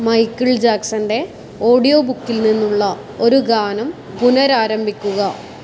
Michael ജാക്സൻ്റെ audio ബുക്കിൽ നിന്നുള്ള ഒരു ഗാനം പുനരാരംഭിക്കുക